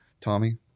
Tommy